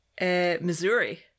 Missouri